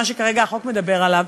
שכרגע החוק מדבר עליו,